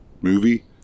movie